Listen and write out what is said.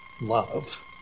love